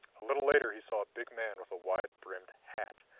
a little later he saw a big man with a wide-brimmed hat.